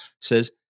says